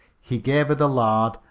he gave her the lard,